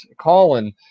Colin